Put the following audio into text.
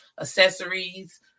accessories